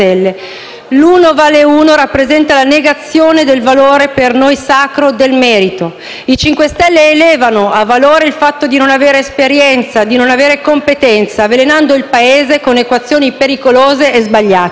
L'uno vale uno rappresenta la negazione del valore, per noi sacro, del merito. I componenti del MoVimento 5 Stelle elevano a valore il fatto di non avere esperienza e competenza, avvelenando il Paese con equazioni pericolose e sbagliate.